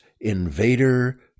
invader